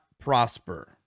prosper